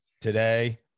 today